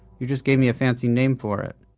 you just gave me a fancy name for it